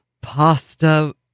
pasta